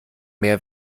mehr